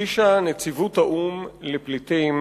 שהגישה נציבות האו"ם לפליטים